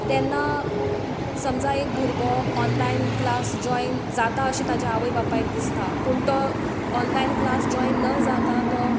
तेन्ना समजा एक भुरगो ऑनलायन क्लास जोयन जाता अशें ताच्या आवय बापायक दिसता पूण तो ऑनलायन क्लास जोयन न जाता तो